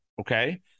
okay